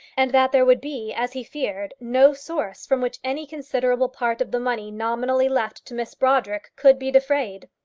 and that there would be, as he feared, no source from which any considerable part of the money nominally left to miss brodrick could be defrayed.